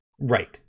Right